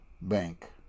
bank